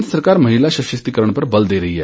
केन्द्र सरकार महिला सशक्तिकरण पर बल दे रही है